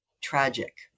tragic